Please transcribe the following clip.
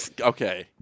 Okay